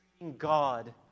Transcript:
God